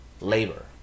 labor